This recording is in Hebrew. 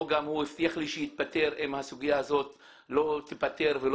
הוא גם הבטיח לי שהוא יתפטר אם הסוגיה הזו לא תיפתר והוא